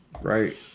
Right